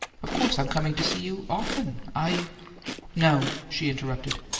of course i'm coming to see you often. i no, she interrupted.